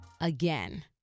Again